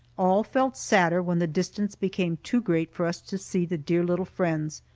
all felt sadder when the distance became too great for us to see the dear little friends,